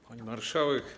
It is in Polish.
Pani Marszałek!